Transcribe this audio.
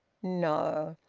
no.